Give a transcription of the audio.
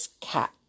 cat